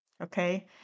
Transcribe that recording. okay